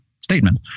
statement